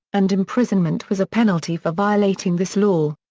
and imprisonment was a penalty for violating this law.